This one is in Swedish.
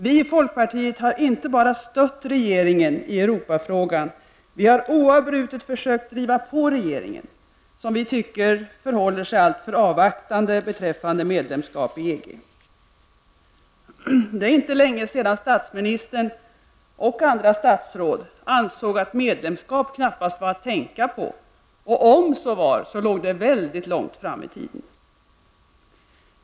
Vi i folkpartiet har inte bara stött regeringen i Europafrågan -- vi har oavbrutet försökt driva på regeringen, som vi tycker förhåller sig alltför avvaktande beträffande medlemskap i EG. Det är inte länge sedan statsministern, och andra statsråd, ansåg att medlemskap knappast var att tänka på och att om så var låg det mycket långt fram i tiden.